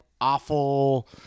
awful